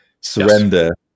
surrender